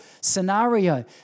scenario